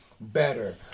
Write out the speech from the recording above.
better